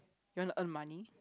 you want to earn money